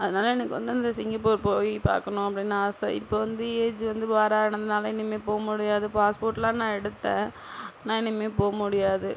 அதனால் எனக்கு வந்து அந்த சிங்கப்பூர் போய் பார்க்கணும் அப்படின்னு ஆசை இப்போ வந்து ஏஜ் வந்து பார் ஆனதுனால் இனிமேல் போக முடியாது பாஸ்போர்ட்லாம் நான் எடுத்தேன் ஆனால் இனிமே போக முடியாது